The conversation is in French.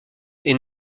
est